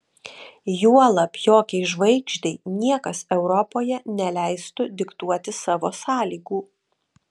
juolab jokiai žvaigždei niekas europoje neleistų diktuoti savo sąlygų